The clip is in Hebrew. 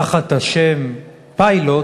תחת השם "פיילוט",